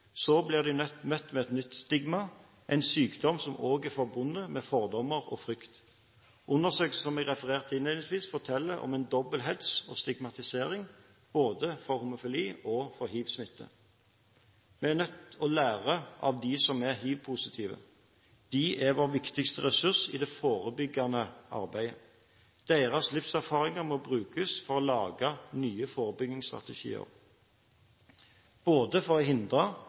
Så blir de møtt med et nytt stigma, en sykdom som òg er forbundet med fordommer og frykt. Undersøkelser som er referert innledningsvis, forteller om en dobbel hets og stigmatisering, både for homofili og for hivsmitte. Vi er nødt til å lære av de som er hivpositive. De er vår viktigste ressurs i det forebyggende arbeidet. Deres livserfaringer må brukes for å lage nye forebyggingsstrategier, både for å hindre